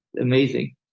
Amazing